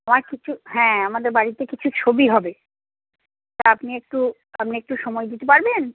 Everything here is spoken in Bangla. তো আর কিছু হ্যাঁ আমাদের বাড়িতে কিছু ছবি হবে তো আপনি একটু আপনি একটু সময় দিতে পারবেন